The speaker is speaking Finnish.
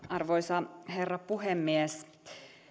arvoisa herra puhemies